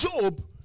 Job